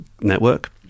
network